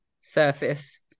surface